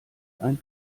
ein